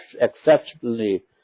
exceptionally